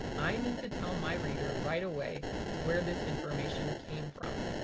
i need to tell my reader right away where this information came from.